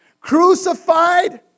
Crucified